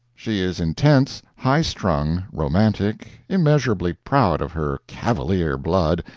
she is intense, high-strung, romantic, immeasurably proud of her cavalier blood,